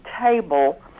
Table